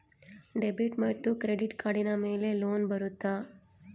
Debit ಮತ್ತು credit ಕಾರ್ಡಿನ ಮೇಲೆ ಲೋನ್ ಬರುತ್ತಾ?